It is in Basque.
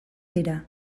dira